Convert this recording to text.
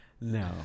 No